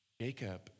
Jacob